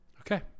okay